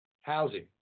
housing